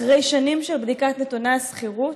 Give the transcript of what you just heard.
אחרי שנים של בדיקת נתוני השכירות,